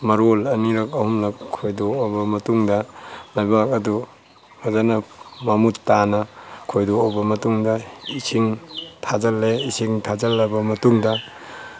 ꯃꯔꯣꯜ ꯑꯅꯤꯔꯛ ꯑꯍꯨꯝꯂꯛ ꯈꯣꯏꯗꯣꯛꯑꯕ ꯃꯇꯨꯡꯗ ꯂꯩꯕꯥꯛ ꯑꯗꯨ ꯐꯖꯅ ꯃꯃꯨꯠ ꯇꯥꯅ ꯈꯣꯏꯗꯣꯛꯕ ꯃꯇꯨꯡꯗ ꯏꯁꯤꯡ ꯊꯥꯖꯤꯟꯂꯦ ꯏꯁꯤꯡ ꯊꯥꯖꯟꯂꯕ ꯃꯇꯨꯡꯗ